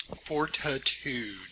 Fortitude